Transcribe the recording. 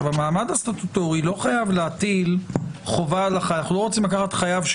המעמד הסטטוטורי לא חייב להטיל חובה על החייב.